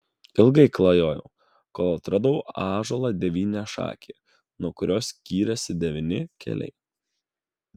ilgai klajojau kol atradau ąžuolą devyniašakį nuo kurio skyrėsi devyni keliai